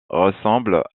ressemble